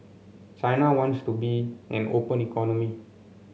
china wants to be an open economy